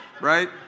right